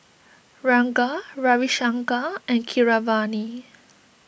Ranga Ravi Shankar and Keeravani